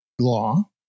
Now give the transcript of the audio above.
law